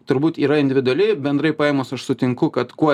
turbūt yra individuali bendrai paėmus aš sutinku kad kuo